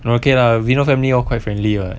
okay lah vinod family all quite friendly [what]